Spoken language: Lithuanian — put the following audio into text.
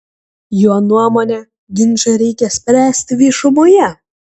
jo nuomone ginčą reikia spręsti viešumoje